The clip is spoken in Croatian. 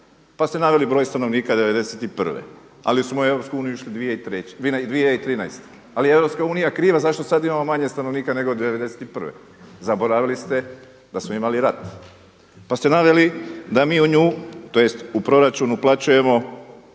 pa ste naveli broj stanovnika 91. Ali smo u Europsku uniju išli 2013. Ali je Europska unija kriva zašto sada imamo manje stanovnika nego 91. Zaboravili ste da smo imali rat. Pa ste naveli da mi u nju, tj. u proračun uplaćujemo